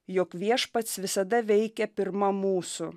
jog viešpats visada veikia pirma mūsų